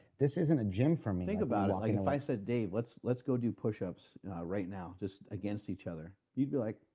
this isn't a gym for me think about it, if i said, dave, let's let's go do push-ups right now, just against each other, you'd be like,